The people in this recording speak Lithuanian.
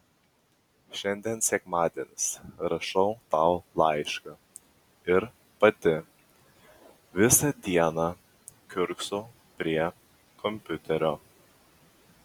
šiandien sekmadienis rašau tau laišką ir pati visą dieną kiurksau prie kompiuterio